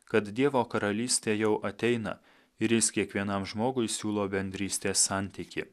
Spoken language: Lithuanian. kad dievo karalystė jau ateina ir jis kiekvienam žmogui siūlo bendrystės santykį